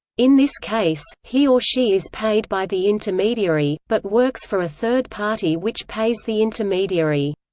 in this case, he or she is paid by the intermediary, but works for a third party which pays the intermediary.